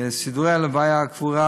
סידורי ההלוויה, הקבורה